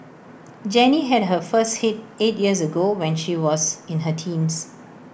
Jenny had her first hit eight years ago when she was in her teens